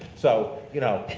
so you know,